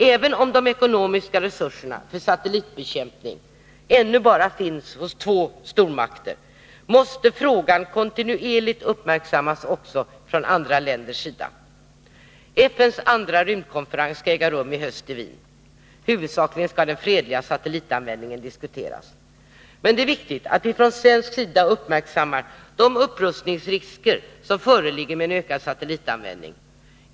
Även om de ekonomiska resurserna för satellitbekämpning ännu bara finns hos de två stormakterna, måste frågan kontinuerligt uppmärksammas också från andra länders sida. FN:s andra rymdkonferens skall äga rum i höst i Wien. Huvudsakligen skall den fredliga satellitanvändningen diskuteras. Det är viktigt att vi från svensk sida uppmärksammar de upprustningsrisker som föreligger med en ökad satellitanvändning.